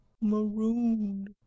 Marooned